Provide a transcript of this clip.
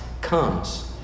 comes